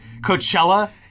Coachella